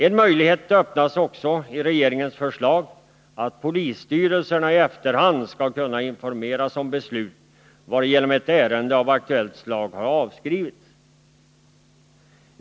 I regeringens förslag öppnas också en möjlighet för polisstyrelserna att i efterhand informeras om beslut varigenom ett ärende av aktuellt slag har avskrivits.